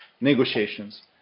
negotiations